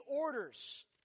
orders